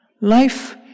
Life